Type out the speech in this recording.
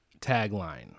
Tagline